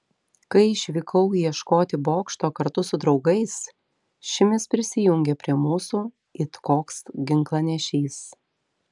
kai išvykau ieškoti bokšto kartu su draugais šimis prisijungė prie mūsų it koks ginklanešys